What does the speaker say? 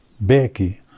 Becky